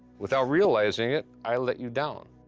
without realizing it, i let you down.